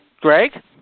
Greg